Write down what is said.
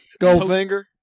Goldfinger